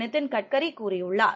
நிதின் கட்கரி கூறியுள்ளார்